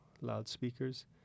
loudspeakers